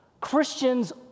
Christians